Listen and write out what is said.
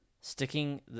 sticking